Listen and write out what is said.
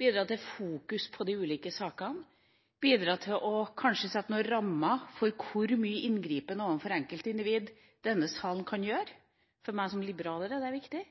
bidra: bidra til debatten, bidra til å sette de ulike sakene i fokus, bidra til kanskje å sette noen rammer for hvor mye inngripen overfor enkeltindivider denne sal kan gjøre. For meg som liberaler er det viktig.